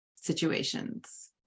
situations